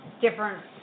different